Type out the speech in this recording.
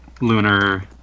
lunar